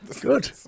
Good